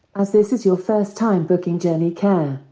as this is your first time booking journey care,